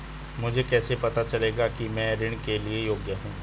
मुझे कैसे पता चलेगा कि मैं ऋण के लिए योग्य हूँ?